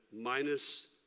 Minus